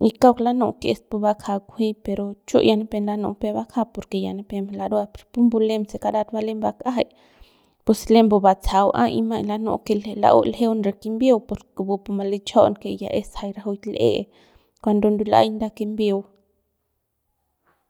y kauk lanu'u que es pu bakja kunji pero chu ya nipep lanu'u peuk bakja porque ya nipep larua pero pumbu se karat va lem bak'ajay pus lembu batsajau a y maiñ lanu'u que l'e que lau l'ejeun re kimbiu porque kupupu ma lichajaun que ya es rajuik l'e cuando ndul'aiñ nda kimbiu.